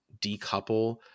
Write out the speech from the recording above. decouple